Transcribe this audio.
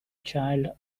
child